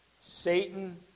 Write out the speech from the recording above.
Satan